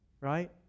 right